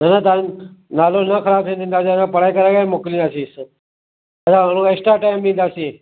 न न तव्हांजो नालो न ख़राबु थियणु ॾींदासीं असां पढ़ाई कराए करे मोकिलींदासींसि दादा उहो एक्स्ट्रा टाइम ॾींदासीं